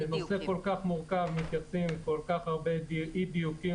בנושא מורכב כל-כך מתייצבים עם כל כך הרבה אי דיוקים,